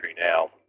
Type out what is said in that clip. now